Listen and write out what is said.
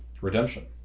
Redemption